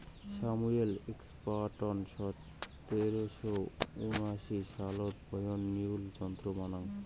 Samuel Crompton সতেরশো উনআশি সালত বয়ন মিউল যন্ত্র বানাং